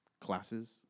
classes